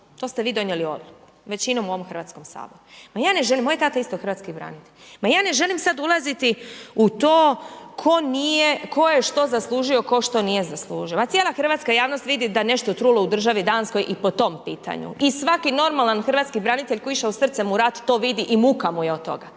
To ste vi donijeli odluku većinom u ovom Hrvatskom saboru. Ma ja ne želim, moj tata je isto hrvatski branitelj, ma ja ne želim sad ulaziti u to tko nije, tko je što zaslužio, tko što nije zaslužio. Ma cijela hrvatska javnost vidi da je nešto trulo u državi Danskoj i po tom pitanju. I svaki normalan hrvatski branitelj koji je išao srcem u rat to vidi i muka mu je od toga.